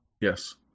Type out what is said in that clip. Yes